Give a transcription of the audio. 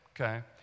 okay